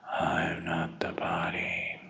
not the body